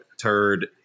turd